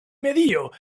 medio